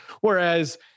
Whereas